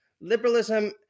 liberalism